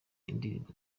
indirimbo